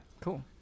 cool